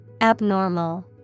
Abnormal